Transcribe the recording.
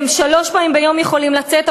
שלוש פעמים ביום הם יכולים לצאת,